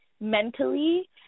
mentally